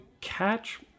catch